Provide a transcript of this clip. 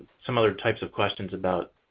some other types of questions about